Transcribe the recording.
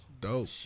Dope